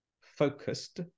focused